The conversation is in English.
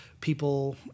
people